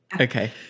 Okay